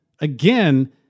again